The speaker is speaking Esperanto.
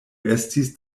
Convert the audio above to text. estis